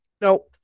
No